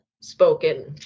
spoken